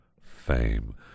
fame